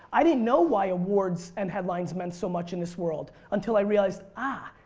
i didn't know why awards and headlines meant so much in this world until i realized ah,